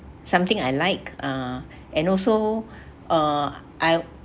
something I like uh and also uh I